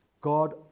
God